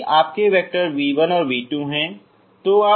यदि आपके vector v1 और v2 हैं